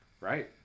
Right